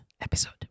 episode